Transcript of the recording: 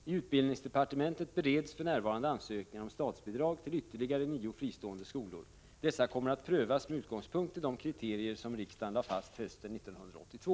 I utbildningsdepartementet bereds för närvarande ansökningar om statsbidrag till ytterligare nio fristående skolor. Dessa kommer att prövas med utgångspunkt i de kriterier som riksdagen lade fast hösten 1982.